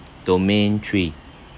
domain three